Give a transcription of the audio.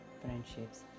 friendships